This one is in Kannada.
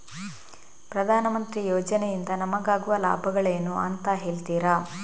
ಪ್ರಧಾನಮಂತ್ರಿ ಯೋಜನೆ ಇಂದ ನಮಗಾಗುವ ಲಾಭಗಳೇನು ಅಂತ ಹೇಳ್ತೀರಾ?